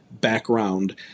background